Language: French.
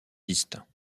distincts